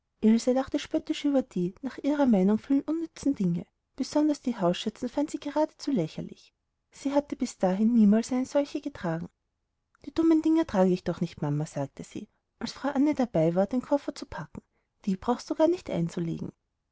lachte spöttisch über die nach ihrer meinung vielen unnützen dinge besonders die hausschürzen fand sie geradezu lächerlich sie hatte bis dahin niemals eine solche getragen die dummen dinger trage ich doch nicht mama sagte sie als frau anne dabei war den koffer zu packen die brauchst du gar nicht einzulegen